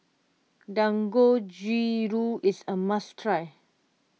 Dangojiru is a must try